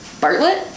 bartlett